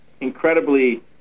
incredibly